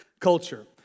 culture